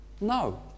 No